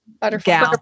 butterfly